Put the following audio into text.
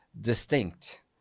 distinct